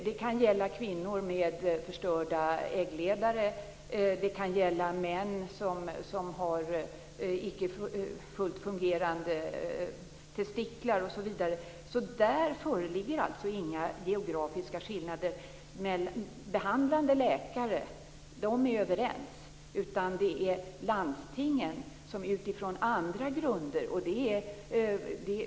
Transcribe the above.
Det kan gälla kvinnor med förstörda äggledare, det kan gälla män som har icke fullt fungerande testiklar osv. På den punkten föreligger alltså inga geografiska skillnader. Behandlande läkare är överens. Det är landstingen som utgår från andra grunder.